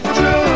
True